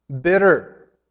bitter